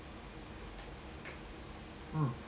mm